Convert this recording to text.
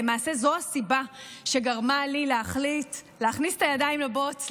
ולמעשה זו הסיבה שגרמה לי להחליט להכניס את הידיים לבוץ,